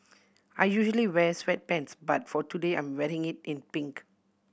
I usually wear sweatpants but for today I'm wearing it in pink